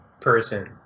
person